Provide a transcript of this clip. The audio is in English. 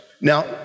Now